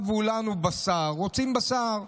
הבה לנו בשר, רוצים בשר.